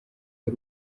y’u